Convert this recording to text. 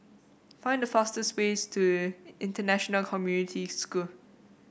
find the fastest way to International Community School